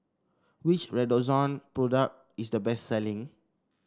which Redoxon product is the best selling